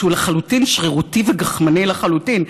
שהוא לחלוטין שרירותי, וגחמני לחלוטין.